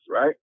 right